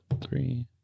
three